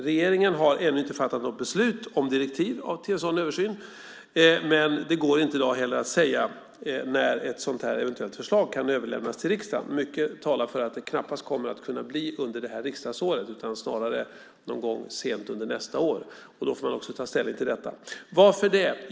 Regeringen har ännu inte fattat något beslut om direktiv för tillstånd och översyn, men det går heller inte i dag att säga att ett sådant här eventuellt förslag kan överlämnas till riksdagen. Mycket talar för att det knappast kommer att kunna bli under det här riksdagsåret utan snarare någon gång sent under nästa år. Då får man också ta ställning till detta. Varför då?